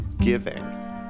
giving